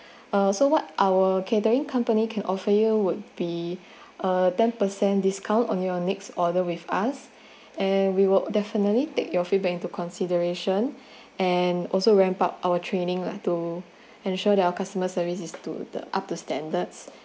uh so what our catering company can offer you would be uh ten percent discount on your next order with us and we will definitely take your feedback into consideration and also ramp up our training lah to ensure that our customer service is to the upper standards